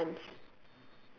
eight months